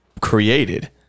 created